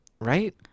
right